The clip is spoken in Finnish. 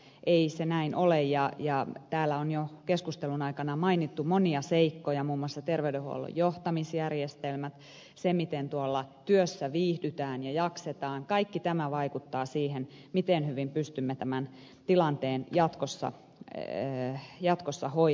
ei se näin ole ja täällä on jo keskustelun aikana mainittu monia seikkoja muun muassa terveydenhuollon johtamisjärjestelmät ja se miten tuolla työssä viihdytään ja jaksetaan kaikki tämä vaikuttaa siihen miten hyvin pystymme tämän tilanteen jatkossa hoitamaan